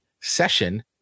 session